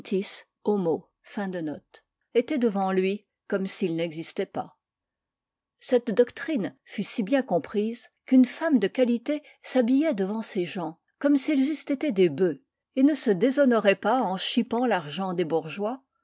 étaient devant lui comme s'ils n'existaient pas cette doctrine fut si bien comprise qu'une femme de qualité s'habillait devant ses gens comme s'ils eussent été des bœufs et ne se déshonorait pas en chippant l'argent des bourgeois